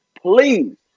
please